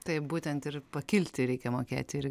taip būtent ir pakilti reikia mokėti ir